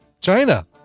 China